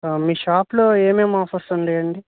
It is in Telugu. మీ షాప్లో ఏమేమి ఆఫర్స్ ఉంటాయండి